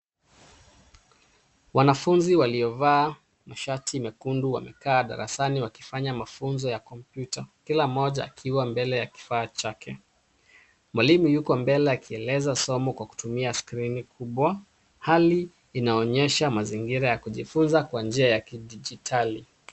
Wanafunzi waliovaa mashati mekundu wamekaa darasani wakifanya mafunzo ya kompyuta kila mmoja akiwa mbele ya kifaa chake. Mwalimu yuko mbele akieleza somo kwa kutumia skrini kubwa. Hali inaonyesha mazingira ya kujifunza kwa njia ya kidigitali.